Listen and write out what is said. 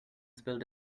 spilled